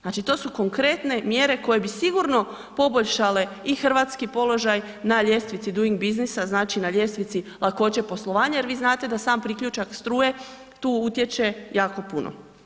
Znači to su konkretne mjere koje bi sigurno poboljšale i hrvatski položaj na ljestvici Doing Businessa, znači na ljestvici lakoće poslovanja jer vi znate da sam priključak struje tu utječe jako puno.